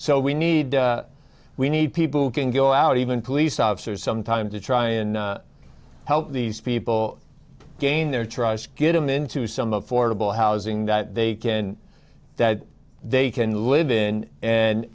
so we need we need people who can go out even police officers sometimes to try and help these people gain their trust get them into some of fordable housing that they can that they can live in and